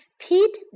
Pete